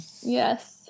Yes